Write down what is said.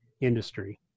industry